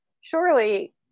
surely